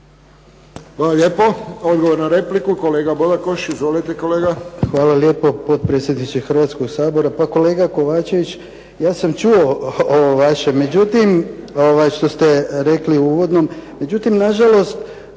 Hvala lijepo. Odgovor na repliku kolega Bodakoš. Izvolite kolega. **Bodakoš, Dragutin (SDP)** Hvala lijepo potpredsjedniče Hrvatskog sabora. Pa kolega Kovačević, ja sam čuo ovo vaše, međutim što ste rekli u uvodnom. Međutim, na žalost